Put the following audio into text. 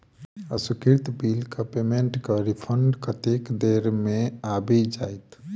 अस्वीकृत बिलक पेमेन्टक रिफन्ड कतेक देर मे आबि जाइत?